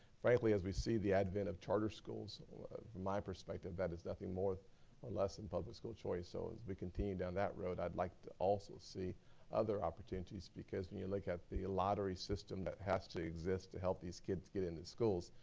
frankly, as we see the advent of charter schools from my perspective, that is nothing more or less in public school choice, so as we continue down that road i'd like to also see other opportunities because, when you look at the lottery system that has to exist to help these kids get into schools,